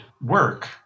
work